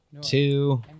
Two